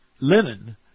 linen